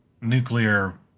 nuclear